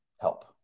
help